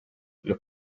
los